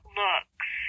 looks